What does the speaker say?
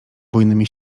bujnymi